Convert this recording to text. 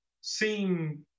seem